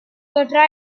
potrà